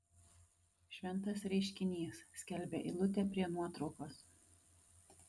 šventas reiškinys skelbia eilutė prie nuotraukos